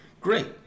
great